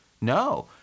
No